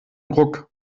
ruck